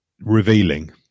revealing